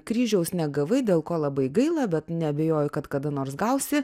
kryžiaus negavai dėl ko labai gaila bet neabejoju kad kada nors gausi